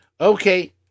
Okay